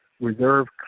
reserve